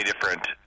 different